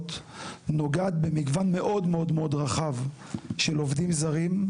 נוגעת במגוון מאוד רחב של עובדים זרים,